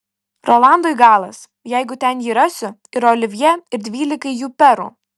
rolandui galas jeigu ten jį rasiu ir olivjė ir dvylikai jų perų